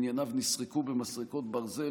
ענייניו נסרקו במסרקות ברזל,